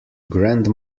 grand